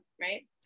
Right